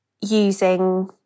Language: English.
using